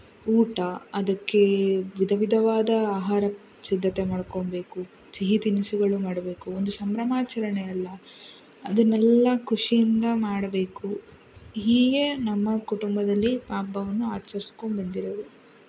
ಊಟ ಅದಕ್ಕೆ ವಿಧ ವಿಧವಾದ ಆಹಾರ ಸಿದ್ಧತೆ ಮಾಡ್ಕೊಬೇಕು ಸಿಹಿ ತಿನಿಸುಗಳು ಮಾಡಬೇಕು ಒಂದು ಸಂಭ್ರಮಾಚರಣೆ ಅಲ್ಲ ಅದನ್ನೆಲ್ಲ ಖುಷಿಯಿಂದ ಮಾಡಬೇಕು ಹೀಗೆ ನಮ್ಮ ಕುಟುಂಬದಲ್ಲಿ ಹಬ್ಬವನ್ನು ಆಚರಿಸ್ಕೊಂಬಂದಿರೋದು